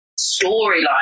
storyline